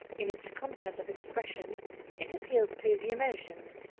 in its content of expression it appeals to the emotions.